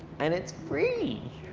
and it's free,